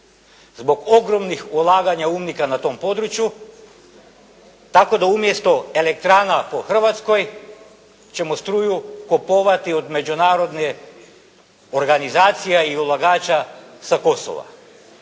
zbog ogromnih ulaganja umnika na tom području, tako da umjesto elektrana u Hrvatskoj ćemo struju kupovati od međunarodnih organizacija i ulagača sa Kosova.